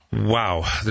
wow